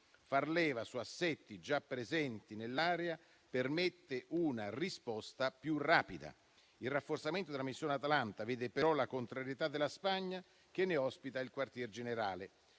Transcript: far leva su assetti già presenti nell'area permette una risposta più rapida. Il rafforzamento della missione Atalanta vede però la contrarietà della Spagna che ne ospita il quartier generale.